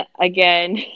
again